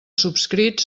subscrits